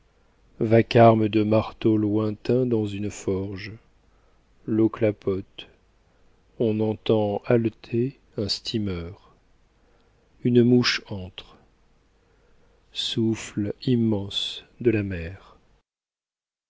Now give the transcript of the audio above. vacarme de marteaux lointains dans une forge l'eau clapote on entend haleter un steamer une mouche entre souffle immense de la mer